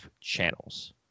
channels